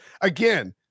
again